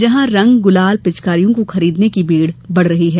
जहां रंग गुलाल पिचकारियों को खरीदने वालों की भीड़ बढ़ रही है